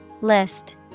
List